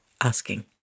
asking